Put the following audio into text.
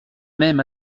même